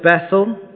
Bethel